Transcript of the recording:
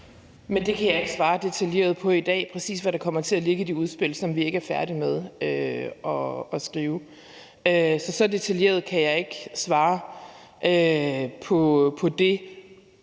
Jeg kan ikke svare detaljeret på i dag, præcis hvad der kommer til ligge i det udspil, som vi ikke er færdige med at skrive. Så så detaljeret kan jeg ikke svare på det.